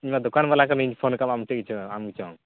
ᱤᱧ ᱢᱟ ᱫᱚᱠᱟᱱ ᱵᱟᱞᱟ ᱠᱟᱹᱱᱟᱹᱧ ᱯᱷᱳᱱ ᱟᱠᱟᱫᱟᱢ ᱟᱢ ᱛᱮᱜᱮ ᱪᱚ ᱟᱢ ᱜᱮᱪᱚᱝ